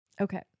Okay